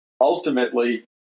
Ultimately